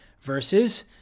versus